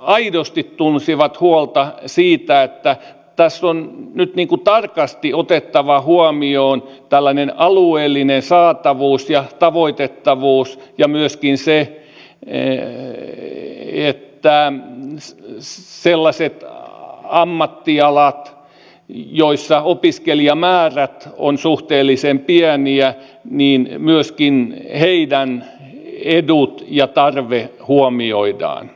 aidosti tunsivat huolta siitä että tässä on nyt tarkasti otettava huomioon tällainen alueellinen saatavuus ja tavoittavuus ja se että myöskin sellaisten ammattialojen joissa opiskelijamäärät ovat suhteellisen pieni ja niin naskin ja pieniä edut ja tarve huomioidaan